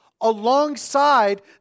alongside